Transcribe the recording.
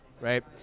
Right